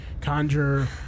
conjure